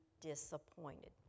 disappointed